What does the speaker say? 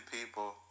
people